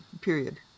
period